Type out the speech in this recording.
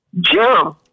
Jim